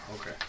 Okay